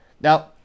Now